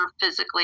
physically